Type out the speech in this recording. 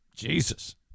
Jesus